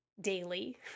daily